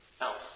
else